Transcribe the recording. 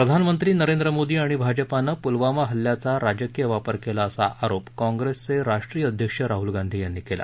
प्रधानमंत्री नरेंद्र मोदी आणि भाजपानं प्लवामा हल्ल्याचा राजकीय वापर केला असा आरोप काँग्रेसचे राष्ट्रीय अध्यक्ष राहल गांधी यांनी केला